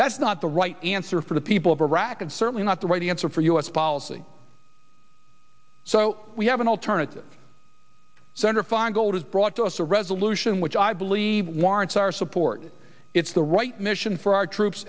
that's not the right answer for the people of iraq and certainly not the right answer for u s policy so we have an alternative senator feingold has brought to us a resolution which i believe warrants our support it's the right mission for our troops